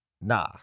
Nah